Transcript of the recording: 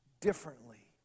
differently